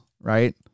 Right